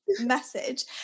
message